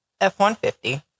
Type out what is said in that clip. F-150